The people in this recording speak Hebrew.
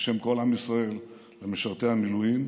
בשם כל עם ישראל, למשרתי המילואים.